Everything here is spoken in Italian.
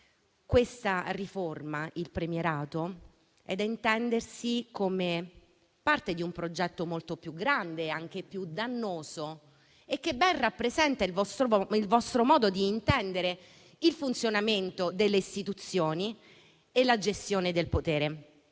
Questa riforma, il premierato, è da intendersi come parte di un progetto molto più grande, anche più dannoso, che ben rappresenta il vostro modo di intendere il funzionamento delle istituzioni e la gestione del potere.